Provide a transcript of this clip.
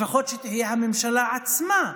לפחות שתהיה הממשלה עצמה,